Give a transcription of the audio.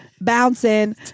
bouncing